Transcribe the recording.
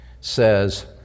says